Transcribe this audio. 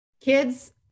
kids